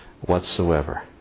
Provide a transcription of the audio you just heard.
whatsoever